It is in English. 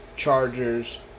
Chargers